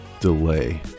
delay